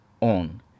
on